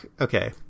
okay